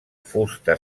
fusta